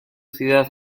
ciudad